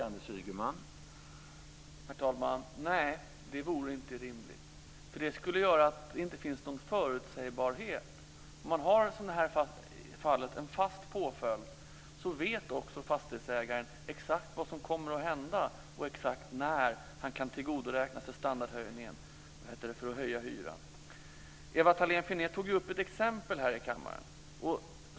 Herr talman! Nej, det vore inte rimligt. Det skulle innebära att det inte fanns någon förutsägbarhet. Om man har en fast påföljd vet fastighetsägaren exakt vad som kommer att hända och när han kan höja hyran som en följd av standardhöjningar. Ewa Thalén Finné tog upp ett exempel här i kammaren.